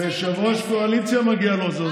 ויושב-ראש קואליציה מגיע לו עוזר.